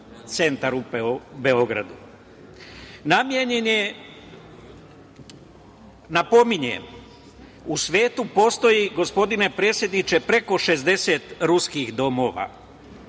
centar u Beogradu. Napominjem, u svetu postoji, gospodine predsedniče, preko 60 ruskih domova,